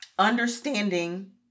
Understanding